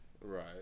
Right